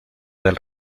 del